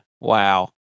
Wow